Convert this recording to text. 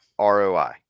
ROI